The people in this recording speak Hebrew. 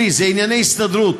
שלי, זה ענייני הסתדרות.